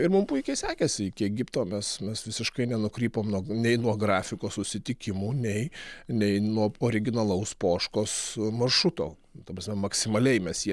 ir mum puikiai sekėsi iki egipto mes mes visiškai nenukrypom nuo nei nuo grafiko susitikimų nei nei nuo originalaus poškos maršruto ta prasme maksimaliai mes jį